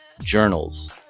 journals